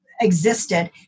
existed